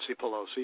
Pelosi